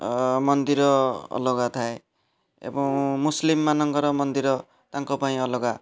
ମନ୍ଦିର ଅଲଗା ଥାଏ ଏବଂ ମୁସଲିମ୍ମାନଙ୍କର ମନ୍ଦିର ତାଙ୍କ ପାଇଁ ଅଲଗା